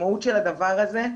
המשמעות של הדבר הזה,